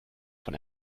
von